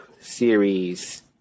series